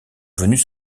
venues